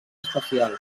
especial